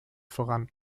voran